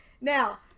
Now